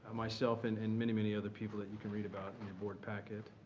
myself, and and many, many other people that you can read about in your board packet.